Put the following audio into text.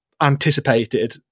anticipated